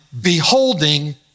beholding